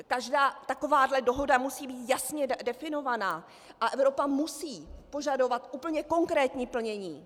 Každá taková dohoda musí být jasně definovaná a Evropa musí požadovat úplně konkrétní plnění.